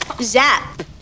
zap